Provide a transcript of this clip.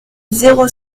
zéro